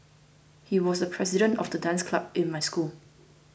he was the president of the dance club in my school